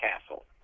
Castle